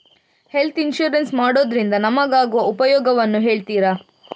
Health insurance ಮಾಡೋದ್ರಿಂದ ನಮಗಾಗುವ ಉಪಯೋಗವನ್ನು ಹೇಳ್ತೀರಾ?